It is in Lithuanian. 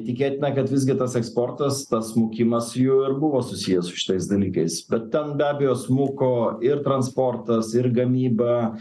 tikėtina kad visgi tas eksportas tas smukimas jų ir buvo susijęs su šitais dalykais bet ten be abejo smuko ir transportas ir gamyba